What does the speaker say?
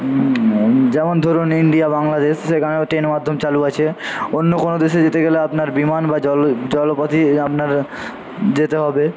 যেমন ধরুন ইন্ডিয়া বাংলাদেশ সেখানে ট্রেন মাধ্যম চালু আছে অন্য কোনো দেশে যেতে গেলে আপনার বিমান বা জল জলপথেই আপনার যেতে হবে